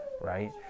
right